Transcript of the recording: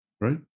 right